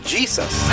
Jesus